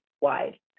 wide